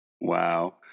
Wow